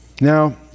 Now